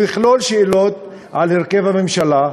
יכלול שאלות על הרכב הממשלה,